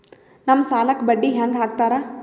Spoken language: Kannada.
ನಮ್ ಸಾಲಕ್ ಬಡ್ಡಿ ಹ್ಯಾಂಗ ಹಾಕ್ತಾರ?